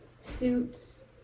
suits